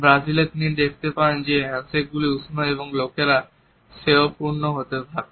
ব্রাজিলে তিনি দেখতে পান যে হ্যান্ডশেকগুলি উষ্ণ এবং লোকেরা স্নেহপূর্ণ হতে থাকে